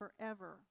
forever